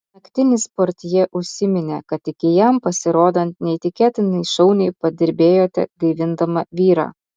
naktinis portjė užsiminė kad iki jam pasirodant neįtikėtinai šauniai padirbėjote gaivindama vyrą